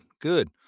good